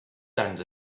sants